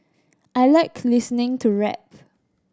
I like listening to rap